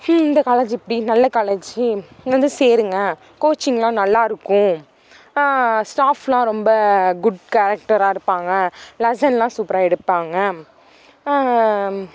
இந்த காலேஜ் இப்படி நல்ல காலேஜி இங்கே வந்து சேருங்கள் கோச்சிங் எல்லாம் நல்லா இருக்கும் ஸ்டாஃப் எல்லாம் ரொம்ப குட் கேரக்டராக இருப்பாங்க லெசன் எல்லாம் சூப்பராக எடுப்பாங்க